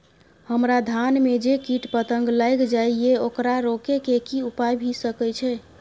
हमरा धान में जे कीट पतंग लैग जाय ये ओकरा रोके के कि उपाय भी सके छै?